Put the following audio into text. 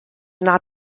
not